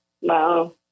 Wow